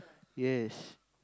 yes